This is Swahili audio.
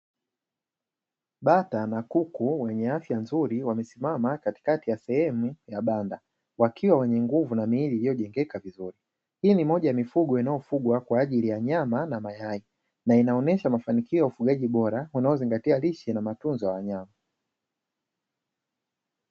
Bata na kuku wenye afya nzuri wamesimama katika sehemu ya kati ya banda wakiwa na nguvu na mimiili iliyojengeka vizuri, hii nimoja ya mifugo inayofugwa kwa ajili ya nyama na mayai na inaonesha moja ya ufugaji bora unaozingatia lishe na matunzo ya wanyama.